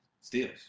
steals